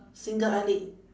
single eyelid